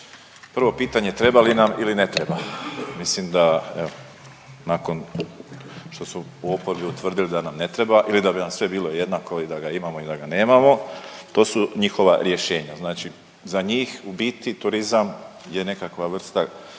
prvo pitanje treba li nam ili ne treba. Mislim da, evo nakon što su u oporbi utvrdili da nam ne treba ili da bi vam sve bilo jednako i da ga imamo i da ga nemamo to su njihova rješenja. Znači za njih u biti turizam je nekakva vrsta